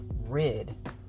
rid